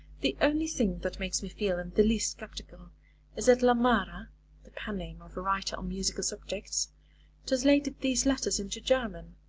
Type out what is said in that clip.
the only thing that makes me feel in the least sceptical is that la mara the pen name of a writer on musical subjects translated these letters into german.